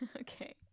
Okay